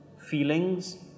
feelings